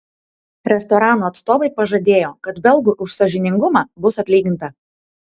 restorano atstovai pažadėjo kad belgui už sąžiningumą bus atlyginta